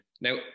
now